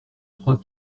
trois